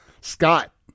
Scott